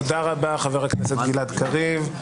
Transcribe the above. תודה רבה, חבר הכנסת גלעד קריב.